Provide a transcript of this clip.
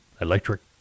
electric